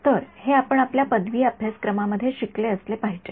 तर हे आपण आपल्या पदवी अभ्यासक्रमामध्ये शिकले असले पाहिजे